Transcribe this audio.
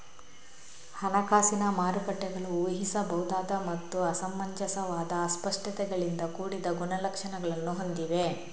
ಹಣಕಾಸಿನ ಮಾರುಕಟ್ಟೆಗಳು ಊಹಿಸಬಹುದಾದ ಮತ್ತು ಅಸಮಂಜಸವಾದ ಅಸ್ಪಷ್ಟತೆಗಳಿಂದ ಕೂಡಿದ ಗುಣಲಕ್ಷಣಗಳನ್ನು ಹೊಂದಿವೆ